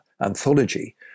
anthology